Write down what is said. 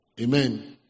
Amen